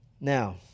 Now